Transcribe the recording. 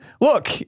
look